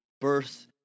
birth